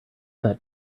that